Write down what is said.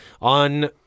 on